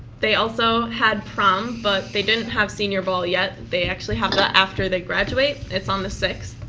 they also had prom, but they didn't have senior ball yet. they actually have that after they graduate. it's on the sixth.